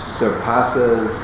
surpasses